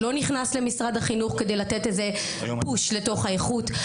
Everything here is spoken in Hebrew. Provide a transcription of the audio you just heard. לא נכנס למשרד החינוך כדי לתת איזה פוש לתוך האיכות.